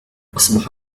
أصبح